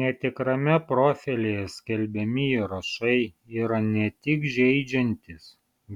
netikrame profilyje skelbiami įrašai yra ne tik žeidžiantys